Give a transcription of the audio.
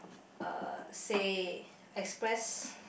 uh say express